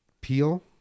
Peel